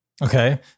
Okay